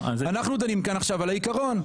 אנחנו דנים כאן עכשיו על העקרון.